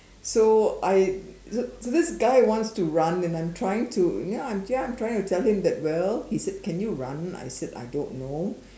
so I so this so this guy wants to run and I'm trying to ya ya I'm trying to tell him that well he said can you run I said I don't know